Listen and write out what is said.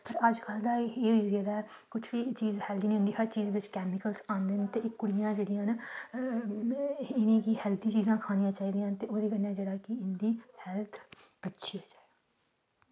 अज्जकल ते एह् होई गेदा ऐ कुछ बी चीज़ हेल्थी निं होंदी हर चीज़ बिच केमिकल आंदे न एह् कुड़ियां जेह्ड़ियां न इनेंगी हेल्थी चीज़ां खानियां चाही दियां जेह्दे कन्नै कि हेल्थ अच्छी